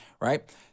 right